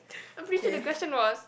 appreciate the question was